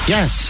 Yes